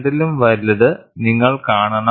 രണ്ടിലും വലുത് നിങ്ങൾ കാണണം